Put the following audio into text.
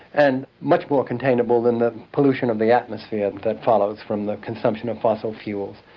and much more containable than the pollution of the atmosphere that follows from the consumption of fossil fuels,